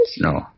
No